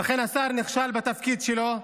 ולכן השר נכשל בתפקיד שלו.